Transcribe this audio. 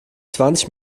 zwanzig